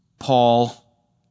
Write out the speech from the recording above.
Paul